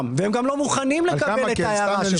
לא מוכנים לקבל את ההערה.